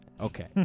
okay